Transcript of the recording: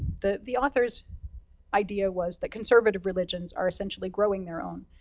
the the authors idea was that conservative religions are essentially growing their own.